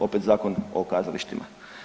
Opet Zakon o kazalištima.